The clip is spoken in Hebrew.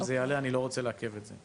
אם זה יעלה, אני לא רוצה לעכב את זה.